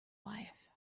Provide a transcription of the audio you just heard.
wife